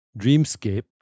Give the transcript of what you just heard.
dreamscape